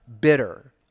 bitter